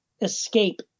escape